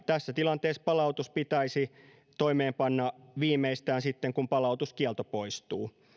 tässä tilanteessa palautus pitäisi toimeenpanna viimeistään sitten kun palautuskielto poistuu